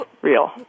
real